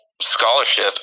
scholarship